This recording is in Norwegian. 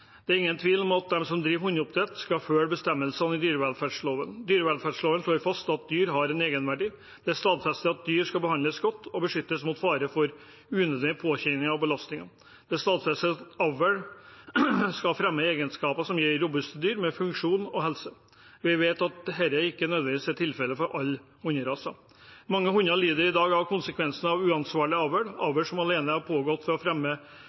Det er ingen tvil om at de som driver hundeoppdrett, skal følge bestemmelsene i dyrevelferdsloven. Dyrevelferdsloven slår fast at dyr har en egenverdi. Det er stadfestet at dyr skal behandles godt og beskyttes mot fare for unødvendige påkjenninger og belastninger. Det er stadfestet at avl skal fremme egenskaper som gir robuste dyr med god funksjon og helse. Vi vet at dette ikke nødvendigvis er tilfellet for alle hunderaser. Mange hunder lider i dag av konsekvensene av uansvarlig avl – avl som alene har pågått for å fremme